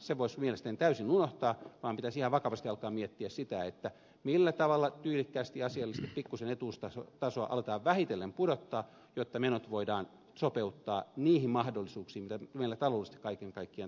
sen voisi mielestäni täysin unohtaa ja pitäisi ihan vakavasti alkaa miettiä sitä millä tavalla tyylikkäästi asiallisesti pikkuisen etuustasoa aletaan vähitellen pudottaa jotta menot voidaan sopeuttaa niihin mahdollisuuksiin mitä meillä taloudellisesti kaiken kaikkiaan tässä yhteiskunnassa on